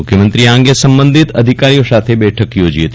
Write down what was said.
મુખ્યમંત્રીએ આ અંગે સંબંધિત અધિકારીઓ સાથે બેઠક યોજી હતી